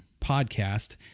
podcast